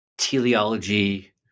teleology